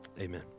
amen